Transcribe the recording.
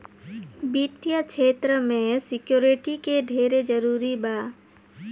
वित्तीय क्षेत्र में सिक्योरिटी के ढेरे जरूरी बा